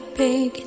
big